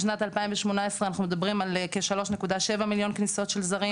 בשנת 2018 אנחנו מדברים על כ-3.7 מיליון כניסות של זרים.